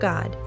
God